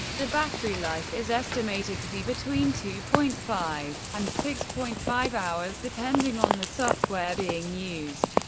the battery life is estimated to be between two point five and six point five hours, depending on the software being used.